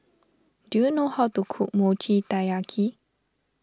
do you know how to cook Mochi Taiyaki